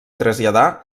traslladar